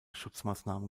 schutzmaßnahmen